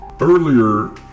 Earlier